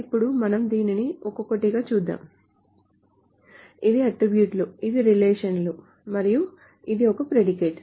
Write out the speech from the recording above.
ఇప్పుడు మనం దీనిని ఒక్కొక్కటిగా చూద్దాం ఇవి అట్ట్రిబ్యూట్ లు ఇవి రిలేషన్ లు మరియు ఇది ఒక ప్రెడికేట్